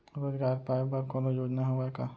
रोजगार पाए बर कोनो योजना हवय का?